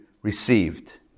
Received